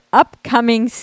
upcoming